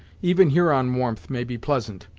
even huron warmth may be pleasant,